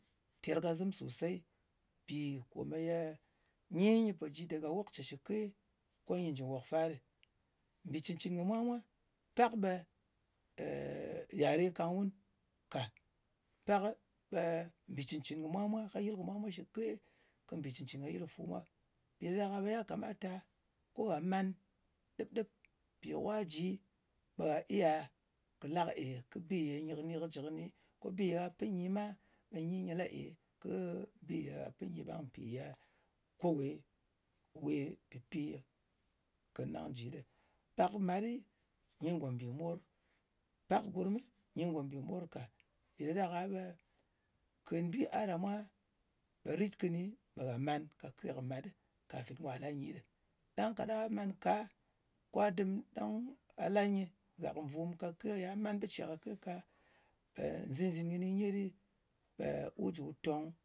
Tèrkazɨm sosey. Mpì nyi, nyɨ po ji ɗàga wok ce shɨke ko nyɨ jɨ nwòk fa ɗɨ. Mbì cɨn-cɨn kɨ mwa mwā pak ɓe yare kang wun ka. Pak ɓe mbì cɨn-cɨn kɨ mwa mwā ka yɨl kɨ mwa shɨke kɨ mbì cɨn-cɨn ka yɨl fu mwa. Mpì ɗa ɗak-a ɓe ya kamata, ko ghà man ɗɨp-ɗɨp, mpì kwa ji, ɓe gha iya kɨ la kɨ e kɨ bi kɨ jɨ kɨni. Bi ye gha pɨ nyi ma, ɓe nyi nyɨ la e kɨ bi ya pɨ nyi ɓang. Mpì ye kowē we pɨ pi kɨnɨ ɗang jɨ ɗɨ. Pak mat ɗɨ nyi ngòmbìmor. Pak gurmɨ nyi ngòmbìmor ka. Mpì ɗa ɗak-a ɓe kèn bi a ɗa mwa ɓe rit kɨni ɓe gha man kake kɨ mat ɗang ka la nyɨ ɗɨ. Ɗang kaɗang a man ka, kwa dɨm ɗang a la nyɨ gàk nvum kake ya man bɨ ce kake ka, ɓe nzìn-zìn kɨni nyet ɗɨ, ɓe wu ju tong,